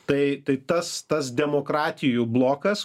tai tai tas tas demokratijų blokas